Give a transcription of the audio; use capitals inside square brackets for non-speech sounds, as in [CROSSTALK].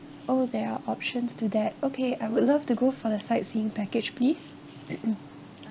oh there are options to that okay I would love to go for the sightseeing package please [NOISE]